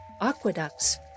aqueducts